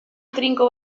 trinko